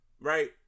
right